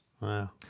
Wow